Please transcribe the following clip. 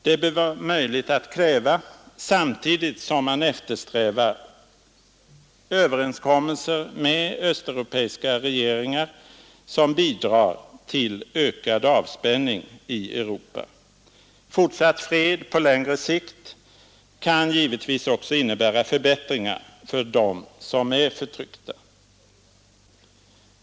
Det bör vara möjligt att kräva detta samtidigt som man eftersträvar sådana överenskommelser med de östeuropeiska regeringarna, som bidrar till ökad avspänning i Europa. Ty fortsatt fred på längre sikt kan givetvis också innebära förbättringar för dem som är förtryckta.